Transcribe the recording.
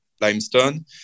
limestone